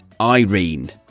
Irene